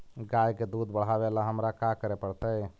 गाय के दुध बढ़ावेला हमरा का करे पड़तई?